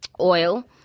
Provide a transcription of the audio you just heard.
oil